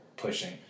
pushing